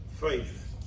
faith